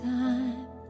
time